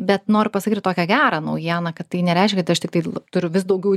bet noriu pasakyti tokią gerą naujieną kad tai nereiškia aš tiktai turiu vis daugiau